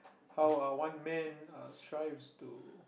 how uh one man uh strives to